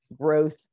growth